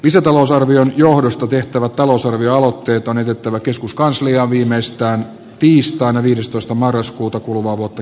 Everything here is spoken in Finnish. lisätalousarvion johdosta tehtävät talousarvioaloitteet on jätettävä keskuskansliaan viimeistään tiistaina viidestoista marraskuuta kuluvaa vuotta